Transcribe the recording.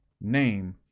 name